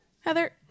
Heather